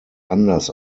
anders